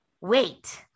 wait